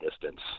distance